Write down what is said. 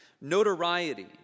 notoriety